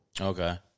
Okay